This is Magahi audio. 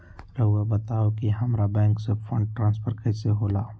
राउआ बताओ कि हामारा बैंक से फंड ट्रांसफर कैसे होला?